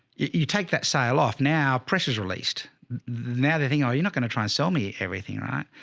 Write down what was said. you take that sale off now pressure's released that thing or you're not going to try and sell me everything, right?